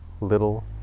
little